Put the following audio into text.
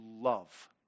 love